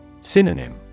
Synonym